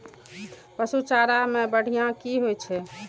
पशु चारा मैं बढ़िया की होय छै?